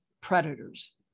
predators